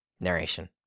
narration